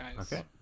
Okay